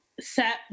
set